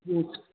ਹੂੰ